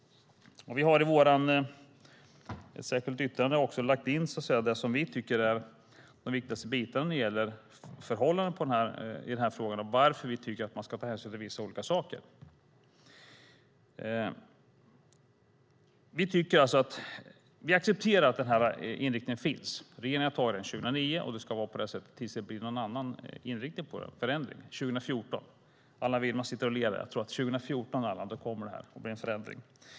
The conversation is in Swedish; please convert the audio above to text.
Vi har i ett särskilt yttrande lagt in det som vi tycker är det viktigaste när det gäller förhållandena i den här frågan och varför vi tycker att man ska ta hänsyn till vissa saker. Vi accepterar att den här inriktningen finns. Regeringen har beslutat om den 2009, och det ska vara på det sättet tills det blir en förändring, 2014. Allan Widman sitter här och ler. Jag tror att 2014, Allan, kommer det att bli en förändring.